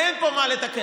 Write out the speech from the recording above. אין פה מה לתקן.